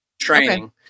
training